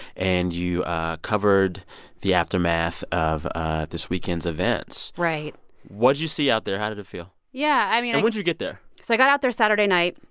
and you ah covered the aftermath of this weekend's events right what'd you see out there? how did it feel? yeah, i mean, i. and when'd you get there? so i got out there saturday night.